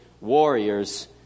warriors